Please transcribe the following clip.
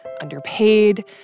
underpaid